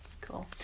cool